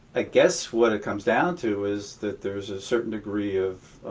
i guess what it comes down to is that there's a certain degree of,